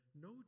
no